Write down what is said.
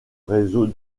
réseau